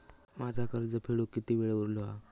माझा कर्ज फेडुक किती वेळ उरलो हा?